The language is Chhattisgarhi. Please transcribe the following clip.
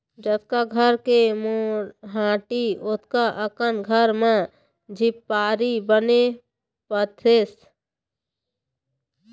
जतका घर के मोहाटी ओतका अकन घर म झिपारी बने पातेस